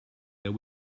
that